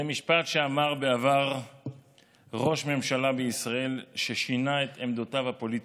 בין תפקידיי בוועדות הכנסת השונות שובצתי כחבר בוועדה שאינה מוכרת,